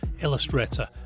illustrator